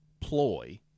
ploy